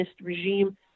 regime